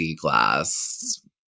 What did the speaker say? glass